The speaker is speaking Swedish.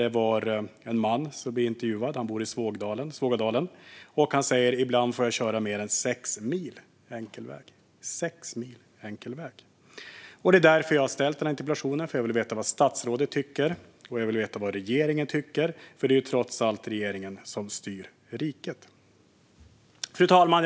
Han sa: Ibland får jag köra mer än sex mil enkel väg. Jag har ställt den här interpellationen därför att jag vill veta vad statsrådet och regeringen tycker, för det är ju trots allt regeringen som styr riket. Fru talman!